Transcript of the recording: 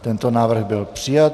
Tento návrh byl přijat.